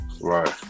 right